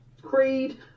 creed